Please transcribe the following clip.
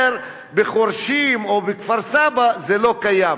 בחורשים או בכפר-סבא זה לא קיים.